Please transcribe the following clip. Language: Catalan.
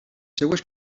seves